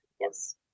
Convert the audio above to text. Yes